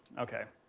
okay,